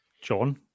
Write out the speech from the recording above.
John